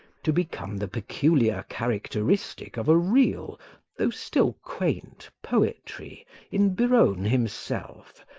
to become the peculiar characteristic of a real though still quaint poetry in biron himself,